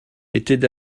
étaient